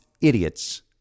idiots